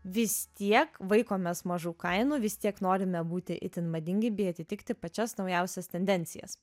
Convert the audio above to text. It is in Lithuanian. vis tiek vaikomės mažų kainų vis tiek norime būti itin madingi bei atitikti pačias naujausias tendencijas